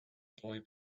boy